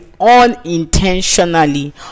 unintentionally